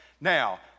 now